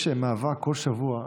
יש מאבק כל שבוע.